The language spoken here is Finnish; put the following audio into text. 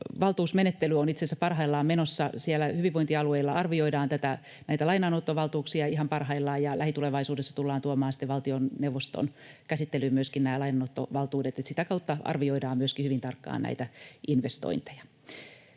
Lainanottovaltuusmenettely on itse asiassa parhaillaan menossa. Siellä hyvinvointialueilla arvioidaan lainanottovaltuuksia ihan parhaillaan, ja lähitulevaisuudessa tullaan tuomaan sitten valtioneuvoston käsittelyyn myöskin nämä lainanottovaltuudet. Sitä kautta arvioidaan myöskin hyvin tarkkaan näitä investointeja.